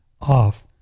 off